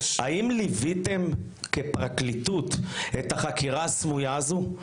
האם ליוויתם כפרקליטות את החקירה הסמויה הזו?